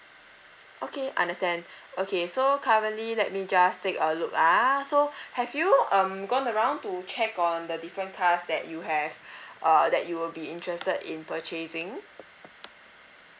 okay understand okay so currently let me just take a look ah so have you um gone around to check on the different cars that you have err that you'll be interested in purchasing